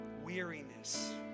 weariness